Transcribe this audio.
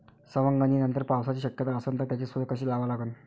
सवंगनीनंतर पावसाची शक्यता असन त त्याची सोय कशी लावा लागन?